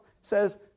says